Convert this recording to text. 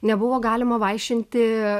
nebuvo galima vaišinti